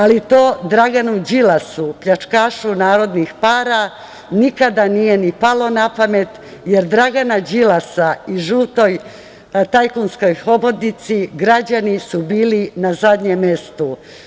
Ali, to Draganu Đilasu pljačkašu narodnih para nikada nije ni palo na pamet, jer Dragana Đilasa i žutoj tajkunskoj hobotnici građani su bili na zadnjem mestu.